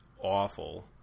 awful